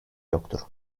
yoktur